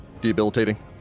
debilitating